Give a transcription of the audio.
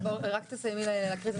בבקשה תסיימי לקרוא את הסעיף.